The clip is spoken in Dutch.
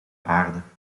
aarde